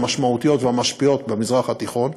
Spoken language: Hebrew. המשמעותיות והמשפיעות במזרח התיכון,